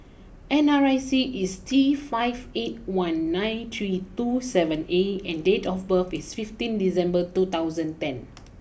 N R I C is T five eight one nine three two seven A and date of birth is fifteen December two thousand ten